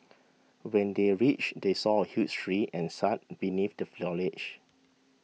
when they reached they saw a huge tree and sat beneath the foliage